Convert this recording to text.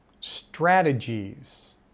strategies